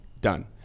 done